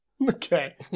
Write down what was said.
Okay